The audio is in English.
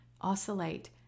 oscillate